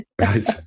right